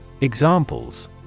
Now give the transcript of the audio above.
Examples